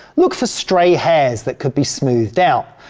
look for stray hairs that could be smoothed out,